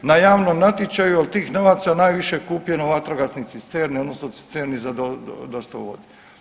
Na javnom natječaju od tih novaca najviše je kupljeno vatrogasnih cisterni odnosno cisterni za dostavu vode.